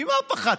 ממה פחדתם?